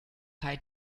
tai